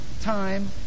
time